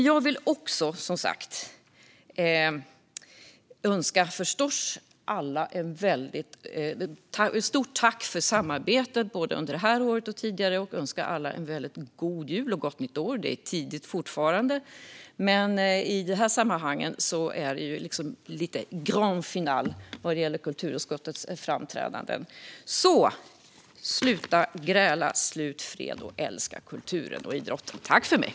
Jag vill förstås rikta ett stort tack för samarbetet under det här året och tidigare år till kulturutskottet. Jag önskar alla en god jul och ett gott nytt år. Det är fortfarande tidigt, men i de här sammanhangen är det grande finale vad gäller kulturutskottets framträdanden. Sluta gräla, slut fred och älska kulturen och idrotten!